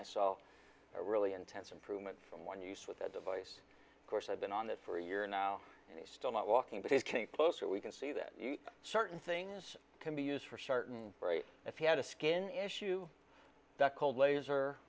sell a really intense improvement from one use with a device course i've been on that for a year now and he's still not walking but i can close it we can see that certain things can be used for certain right if he had a skin issue that cold laser